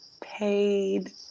Paid